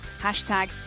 Hashtag